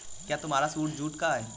क्या तुम्हारा suit jute का है?